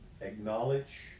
acknowledge